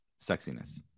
sexiness